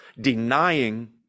Denying